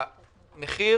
המחיר